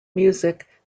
music